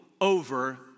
over